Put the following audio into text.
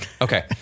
Okay